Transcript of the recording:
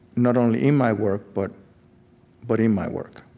not only in my work, but but in my work